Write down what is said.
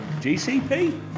GCP